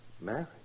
Married